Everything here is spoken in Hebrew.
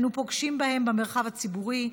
אנו פוגשים בהם במרחב הציבורי,